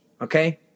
okay